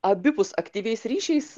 abipus aktyviais ryšiais